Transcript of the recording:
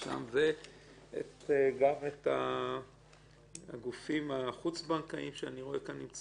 ויצמן בראר בראשם וגם את הגופים החוץ בנקאיים ואחרים שאני רואה כאן.